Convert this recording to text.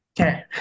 Okay